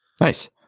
Nice